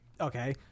okay